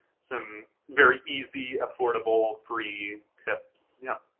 some very easy, affordable free tips. yeah.